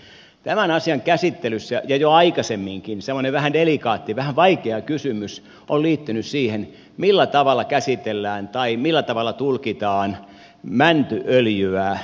tämän asian käsittelyssä ja jo aikaisemminkin semmoinen vähän delikaatti vähän vaikea kysymys on liittynyt siihen millä tavalla käsitellään tai millä tavalla tulkitaan mäntyöljyä